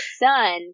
son